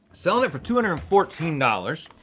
selling it for two hundred and fourteen dollars.